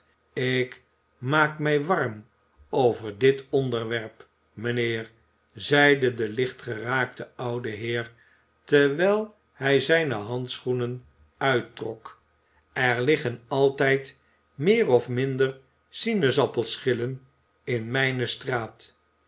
ik maak mij warm over dit onderwerp mijnheer zeide de lichtgeraakte oude heer terwijl hij zijne handschoenen uittrok er liggen altijd meer of minder sinaasappel schillen in mijne straat